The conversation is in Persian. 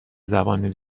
زبان